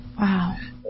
Wow